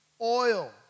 oil